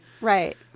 Right